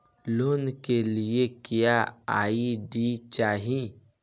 Loan के लिए क्या आई.डी चाही?